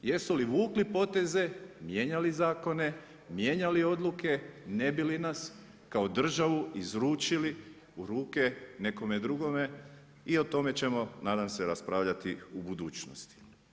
Jesu li vukli poteze, mijenjali zakone, mijenjali odluke ne bi li nas kao državu izručili u ruke nekome drugome i o tome ćemo nadam se raspravljati u budućnosti.